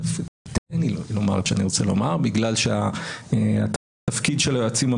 אני אפילו לא מדבר על הצעות החוק